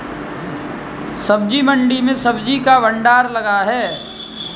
सब्जी मंडी में सब्जी का भंडार लगा है